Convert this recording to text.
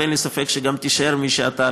ואין לי ספק שתישאר מי שאתה,